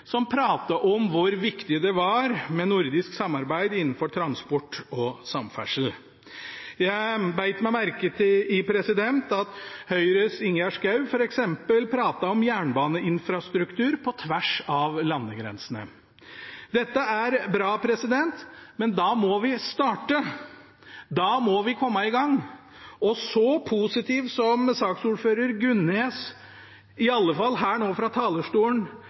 som pratet om hvor viktig det var med nordisk samarbeid innenfor transport og samferdsel. Jeg bet meg merke i at Høyres Ingjerd Schou f.eks. pratet om jernbaneinfrastruktur på tvers av landegrensene. Dette er bra. Men da må vi starte – da må vi komme i gang. Og så positiv som saksordfører Gunnes – iallfall her nå fra talerstolen